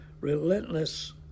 relentless